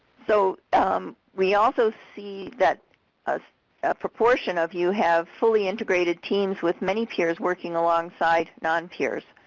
so we also see that a proportion of you have fully integrated teams with many peers working alongside non-peers.